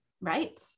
Right